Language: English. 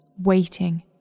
waiting